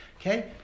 Okay